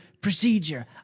procedure